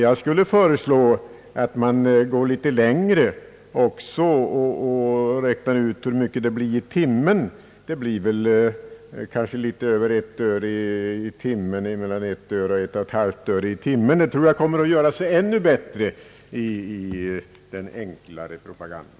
Jag skulle kunna föreslå att man går ännu längre och räknar ut hur mycket pengar det blir per timme. Det torde bli mellan ett och ett och ett halvt öre i timmen. Detta tror jag kommer att göra sig ännu bättre i den enklare propagandan.